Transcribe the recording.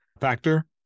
factor